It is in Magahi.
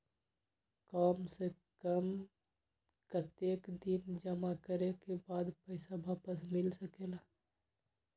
काम से कम कतेक दिन जमा करें के बाद पैसा वापस मिल सकेला?